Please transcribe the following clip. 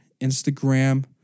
Instagram